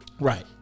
Right